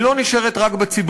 היא לא נשארת רק בציבור,